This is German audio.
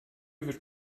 wird